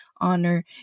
honor